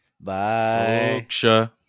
bye